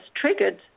triggered